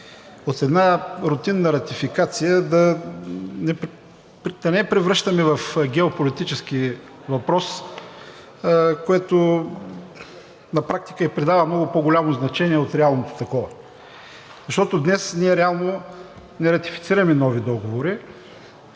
от една рутинна ратификация да не я превръщаме в геополитически въпрос, което на практика ѝ придава много по-голямо значение от реалното такова. Защото днес ние реално не ратифицираме нови договори.